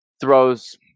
throws